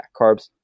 carbs